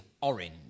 orange